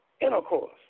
intercourse